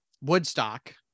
Woodstock